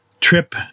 trip